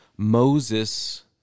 Moses